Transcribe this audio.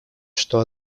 что